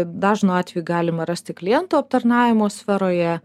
dažnu atveju galima rasti klientų aptarnavimo sferoje